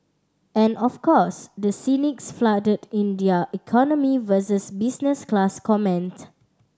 and of course the cynics flooded in their economy vs business class comment